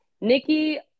nikki